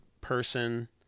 person